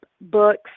books